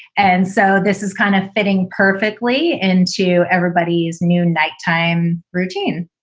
and so this is kind of fitting perfectly into everybody's new nighttime routine.